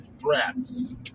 threats